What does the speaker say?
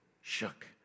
shook